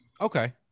Okay